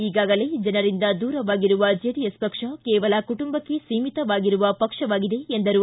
ಈಗಾಗಲೇ ಜನರಿಂದ ದೂರವಾಗಿರುವ ಜೆಡಿಎಸ್ ಪಕ್ಷ ಕೇವಲ ಕುಟುಂಬಕ್ಕೆ ಸೀಮಿತವಾಗಿರುವ ಪಕ್ಷವಾಗಿದೆ ಎಂದರು